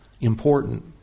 important